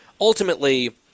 Ultimately